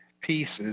pieces